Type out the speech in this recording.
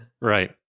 Right